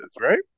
right